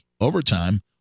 overtime